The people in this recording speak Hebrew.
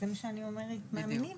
זה מה שאני אומרת, מאמינים.